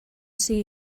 see